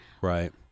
Right